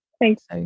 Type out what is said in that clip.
Thanks